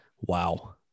Wow